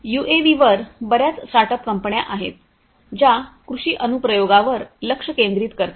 यूएव्हीवर बऱ्याच स्टार्टअप कंपन्या आहेत ज्या कृषी अनुप्रयोगावर लक्ष केंद्रित करतात